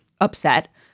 upset